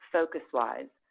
FocusWise